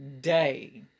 day